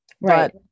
Right